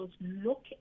look